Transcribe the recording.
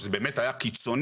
שזה באמת היה קיצוני.